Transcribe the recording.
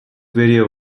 video